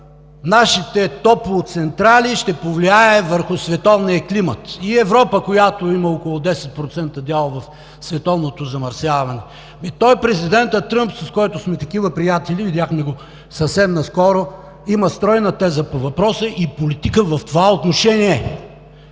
нашите топлоцентрали ще повлияе върху световния климат и Европа, която има около 10% дял в световното замърсяване. Ами президентът Тръмп, с който сме такива приятели, видяхме го съвсем наскоро, има стройна теза по въпроса и политика в това отношение.